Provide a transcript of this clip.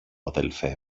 αδελφέ